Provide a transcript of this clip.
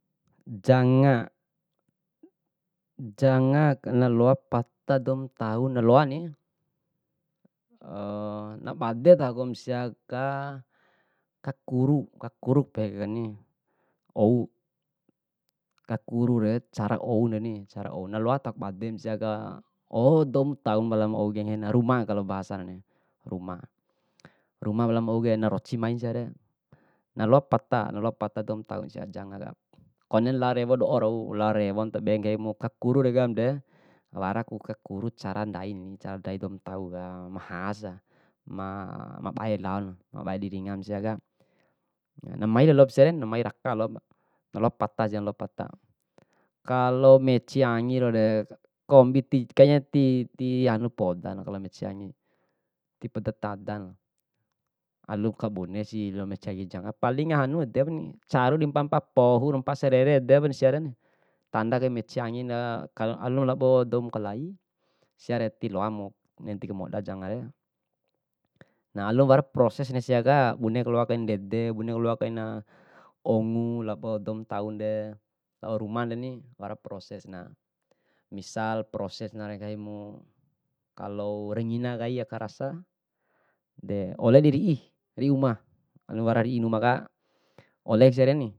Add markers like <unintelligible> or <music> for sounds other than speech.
Janga, janga naloa pata doumtauna naloani <hesitation> nabadena alumsiaka kakuru kakuru pehekaini ou kakurure cara ounani cara ou naloata bade basiaka oh doum tau pala ma ouke, ruma kalau bahasana ruma, ruma pala ma ouke naroci mainna siare, na loa pata naloa pata doumantau sia jangaka, konen lao rewo do'o rau, lao rewon tabe nggaimu kakuru dekam de, waraku kakuru cara dain cara dain doumantauka, ma has ma bae laon, na bae diringaba siaka, namai lalopa siare na mai raka lalo naloa patasia naloa pata. Kalo meci angirau <unintelligible> kombi ti kayaknya ti- tihanu podana kalo meci angi tipoda tadana, alum kabunesi loa meci angi janga, paling hanu edepni caru dimpaa mpaa poho ro mpaa serere edep siare ni, tanda kai meci anginaa ka alona lao douma kalai, siare tiloamu nenti kamoda jangare. Alu wara proses na siaka boneku loakaina ndede, buneku loakaina ongu lao dou mantau de, lao rumanani wara prosesna, misal prosesnare nggahimu, kalo ranginakai aka rasa, de ole diriih rii uma, andona wara rii uma ka, ole siareni.